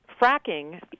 fracking